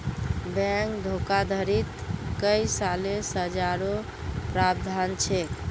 bank धोखाधडीत कई सालेर सज़ारो प्रावधान छेक